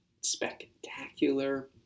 spectacular